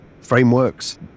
frameworks